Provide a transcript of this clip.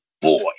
boy